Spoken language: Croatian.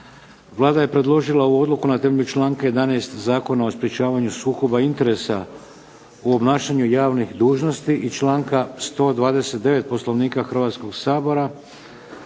Vlada je predložila ovu odluku na temelju članka 11. Zakona o sprečavanju sukoba interesa u obnašanju javnih dužnosti i članka 129. Poslovnika Hrvatskoga sabora.